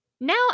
Now